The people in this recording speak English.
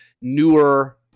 newer